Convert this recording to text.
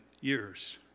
years